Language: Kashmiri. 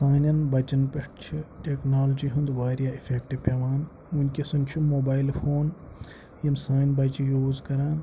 سانٮ۪ن بَچَن پٮ۪ٹھ چھِ ٹٮ۪کنالجی ہُنٛد وارِیاہ اِفٮ۪کٹہٕ پٮ۪وان وٕنکٮ۪سَن چھُ موبایِل فون یِم سٲنۍ بَچہِ یوٗز کَران